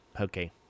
okay